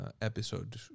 episode